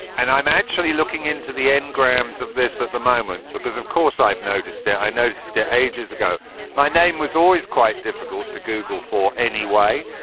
and i'm actually looking into the n grams of this at the moment because, of course, i've noticed that i noticed the ages ago my name was always quite difficult to google for any way.